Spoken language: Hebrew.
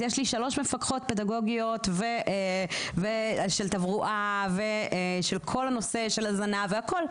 יש לי שלוש מפקחות פדגוגיות ושל תברואה ושל כל הנושא של הזנה והכול.